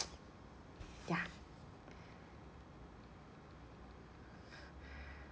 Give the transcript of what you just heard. ya